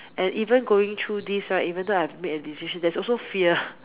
and even going through this right even though I've made a decision there's also fear